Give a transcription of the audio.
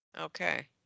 Okay